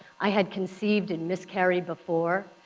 i had conceived and miscarried before,